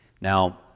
Now